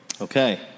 Okay